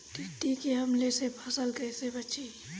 टिड्डी के हमले से फसल कइसे बची?